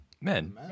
Men